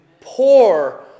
Poor